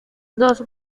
dos